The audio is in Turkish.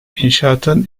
i̇nşaatın